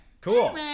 cool